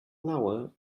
flour